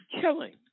killing